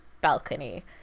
balcony